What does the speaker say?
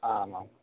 आमाम्